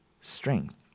strength